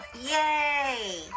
Yay